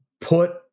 put